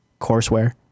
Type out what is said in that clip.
courseware